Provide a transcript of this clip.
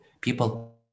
people